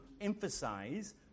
emphasize